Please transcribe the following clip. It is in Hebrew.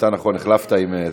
אתה, נכון, החלפת עם זה.